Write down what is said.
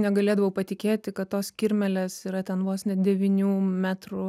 negalėdavau patikėti kad tos kirmėlės yra ten vos ne devynių metrų